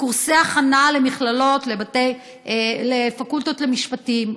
קורסי הכנה למכללות לפקולטות למשפטים.